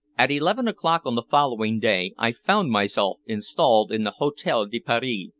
at eleven o'clock on the following day i found myself installed in the hotel de paris,